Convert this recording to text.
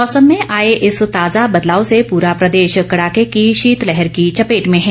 मौसम में आए इस ताजा बदलाव से पूरा प्रदेश कड़ाके की शीतलहर की चपेट में है